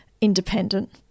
independent